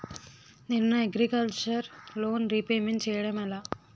నేను నా agriculture loan repayment చేయడం ఎలా?